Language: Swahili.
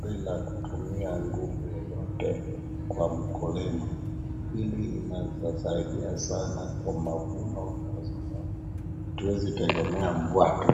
bila kutumia nguvu yeyote kwa mkulima, hili inaweza saidia sana kwa mavuno kwa sababu hatuwezi tegemea mvua tu.